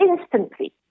instantly